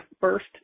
first